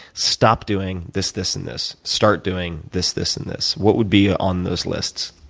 stop doing this, this, and this start doing this, this, and this, what would be on those lists?